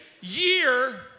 year